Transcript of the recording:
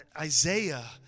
Isaiah